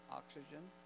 oxygen